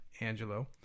Angelo